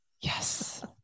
Yes